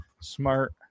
Smart